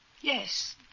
Yes